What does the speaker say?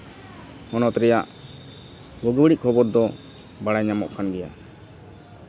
ᱦᱚᱱᱚᱛ ᱨᱮᱭᱟᱜ ᱵᱩᱜᱤ ᱵᱟᱹᱲᱤᱡ ᱠᱷᱚᱵᱚᱨ ᱫᱚ ᱵᱟᱲᱟᱭ ᱧᱟᱢᱚᱜ ᱠᱟᱱ ᱜᱮᱭᱟ